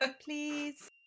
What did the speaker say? Please